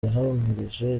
yahamirije